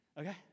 Okay